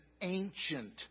ancient